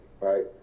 right